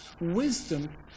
Wisdom